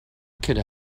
could